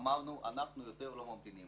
אמרנו: אנחנו יותר לא ממתינים,